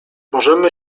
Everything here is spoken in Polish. możemy